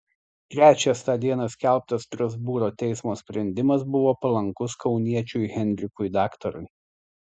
trečias tą dieną skelbtas strasbūro teismo sprendimas buvo palankus kauniečiui henrikui daktarui